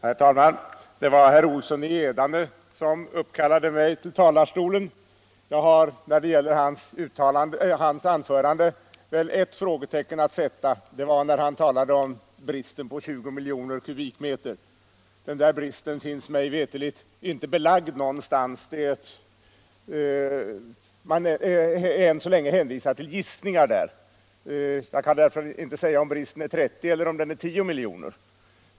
Herr talman! Det var herr Olsson i Edane som uppkallade mig till talarstolen. När det gäller hans anförande har jag ett frågetecken att sätta, och det är när han talar om bristen på 20 miljoner kubikmeter. Den bristen finns mig veterligt inte belagd någonstans. Man är än så länge hänvisad till gissningar därvidlag. Jag kan därför inte säga om bristen är 30 eller 10 miljoner kubikmeter.